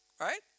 right